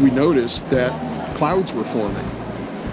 we noticed that clouds were forming